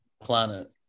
planet